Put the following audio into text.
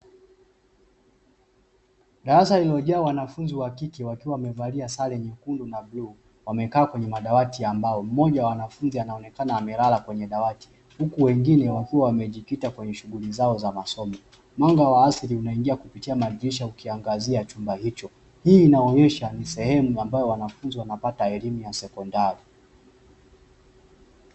Darasa limejaa wanafunzi wa kike wakiwa wamevalia sare nyekundu na bluu, wamekaa kwenye madawati ya mbao, mmoja wa wanafunzi anaonekana amelala kwenye dawati, huku wengine wakiwa wamejikita kwenye shughuli zao za masomo. Mwanga wa asili unaingia kupitia madirisha ukiangazia chumba hicho. Hii inaonyesha ni sehemu ambayo wanafunzi wanapata elimu ya sekondari.